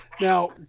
Now